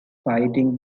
fighting